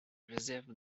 réserve